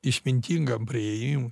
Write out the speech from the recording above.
išmintingam priėjimui